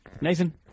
Nathan